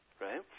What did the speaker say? right